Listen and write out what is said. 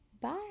bye